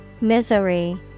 Misery